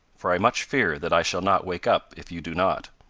for i much fear that i shall not wake up if you do not.